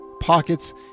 pockets